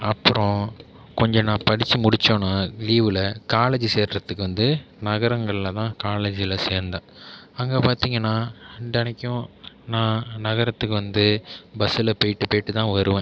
அப்புறம் கொஞ்சம் நான் படிச்சு முடிச்சோன்னே லீவில் காலேஜு சேர்றதுக்கு வந்து நகரங்களில் தான் காலேஜில் சேர்ந்தேன் அங்கே பார்த்திங்கனா தினைக்கும் நான் நகரத்துக்கு வந்து பஸ்ஸில் போயிவிட்டு போயிவிட்டு தான் வருவேன்